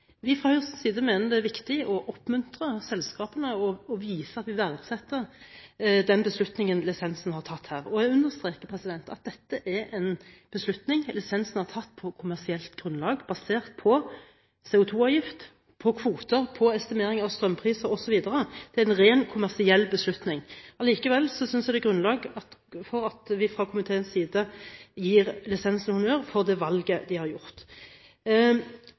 Vi fra Høyre mener det er viktig å oppmuntre selskapene og vise at vi verdsetter den beslutningen lisenshaverne har tatt her. Jeg understreker at dette er en beslutning lisenshaverne har tatt på kommersielt grunnlag, basert på CO2-avgift, på kvoter, på estimering av strømpriser osv. Det er en ren kommersiell beslutning. Allikevel synes jeg det er grunnlag for at vi fra komiteens side gir lisenshaverne honnør for det valget de har gjort.